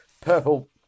purple